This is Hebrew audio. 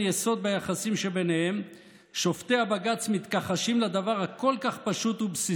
אם תיושם לפחות במחציתה נוכל לראות בשורות טובות.